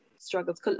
Struggles